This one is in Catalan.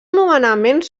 nomenaments